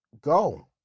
go